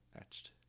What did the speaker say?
etched